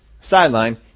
sideline